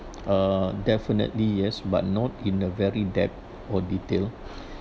uh definitely yes but not in a very depth or detail